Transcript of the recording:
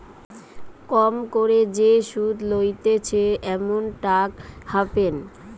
কম করে যে সুধ লইতেছে এমন ট্যাক্স হ্যাভেন